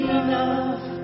enough